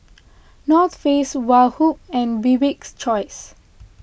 North Face Woh Hup and Bibik's Choice